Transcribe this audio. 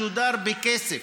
משודר בכסף.